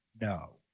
No